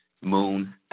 Moon